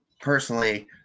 personally